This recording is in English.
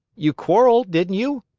you quarreled, didn't you?